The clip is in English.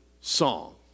song